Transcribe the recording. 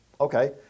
okay